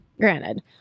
granted